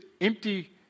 empty